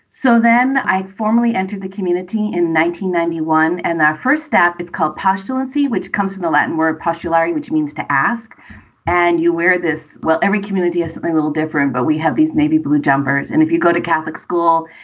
so then i formally entered the community in ninety ninety one and that first step. it's called passion al-ansi, which comes from the latin word popularity, which means to ask and you wear this. well, every community is a little different. but we have these navy blue jumpers. and if you go to catholic school,